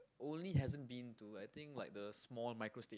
only hasn't been to I think like the small micro state